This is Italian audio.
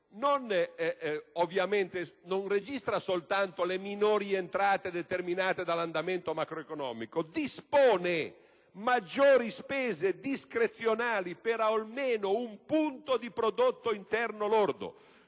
non registra soltanto le minori entrare determinate dall'andamento macroeconomico, ma dispone maggiori spese discrezionali per almeno un punto di prodotto interno lordo